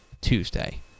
tuesday